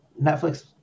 Netflix